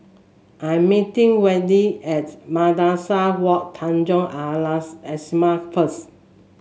I'm meeting Wendi at Madrasah Wak Tanjong Al Islamiah first